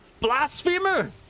Blasphemer